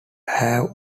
have